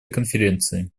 конференции